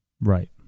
right